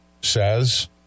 says